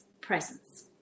presence